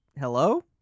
Hello